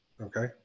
okay